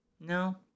No